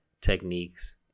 techniques